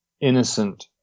innocent